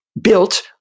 built